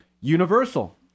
universal